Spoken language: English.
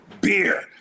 Beer